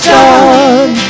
done